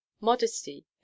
Modesty